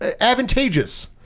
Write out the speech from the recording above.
advantageous